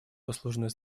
послужной